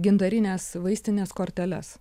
gintarinės vaistinės korteles